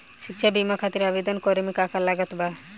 शिक्षा बीमा खातिर आवेदन करे म का का लागत बा?